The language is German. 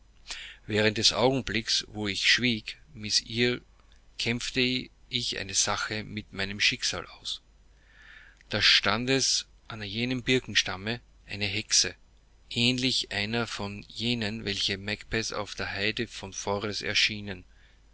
während des augenblickes wo ich schwieg miß eyre kämpfte ich eine sache mit meinem schicksal aus da stand es an jenem birkenstamme eine hexe ähnlich einer von jenen welche macbeth auf der haide von forres erschienen